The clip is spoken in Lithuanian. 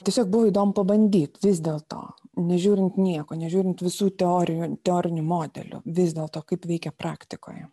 tiesiog buvo įdomu pabandyt vis dėlto nežiūrint nieko nežiūrint visų teorijų teorinių modelių vis dėlto kaip veikia praktikoje